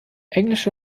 englische